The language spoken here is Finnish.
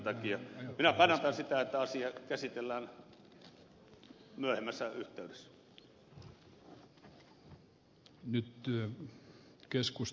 minä kannatan sitä että asia käsitellään myöhemmässä yhteydessä